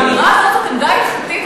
האמירה הזאת זו עמדה הלכתית?